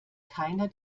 keiner